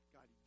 God